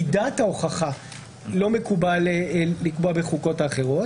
מידת ההוכחה לא מקובל לקבוע בחוקות אחרות.